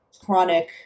chronic